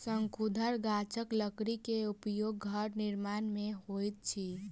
शंकुधर गाछक लकड़ी के उपयोग घर निर्माण में होइत अछि